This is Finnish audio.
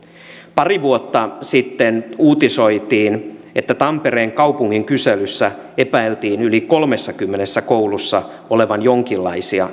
pari vuotta sitten uutisoitiin että tampereen kaupungin kyselyssä epäiltiin yli kolmessakymmenessä koulussa olevan jonkinlaisia